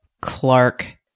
Clark